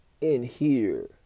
inhere